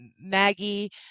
Maggie